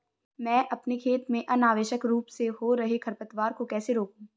मैं अपने खेत में अनावश्यक रूप से हो रहे खरपतवार को कैसे रोकूं?